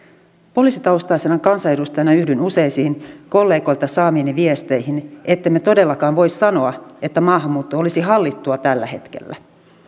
poliisitaustaisena kansanedustajana yhdyn useisiin kollegoilta saamiini viesteihin ettemme todellakaan voi sanoa että maahanmuutto olisi hallittua tällä hetkellä